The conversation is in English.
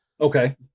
Okay